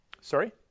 sorry